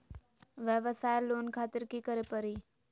वयवसाय लोन खातिर की करे परी?